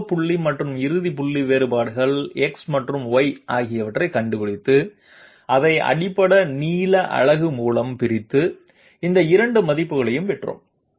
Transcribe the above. ஆரம்ப புள்ளி மற்றும் இறுதி புள்ளி வேறுபாடுகள் x மற்றும் y ஆகியவற்றைக் கண்டுபிடித்து அதை அடிப்படை நீள அலகு மூலம் பிரித்து இந்த இரண்டு மதிப்புகளையும் பெற்றோம்